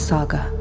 Saga